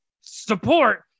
support